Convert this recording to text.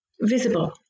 visible